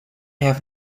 have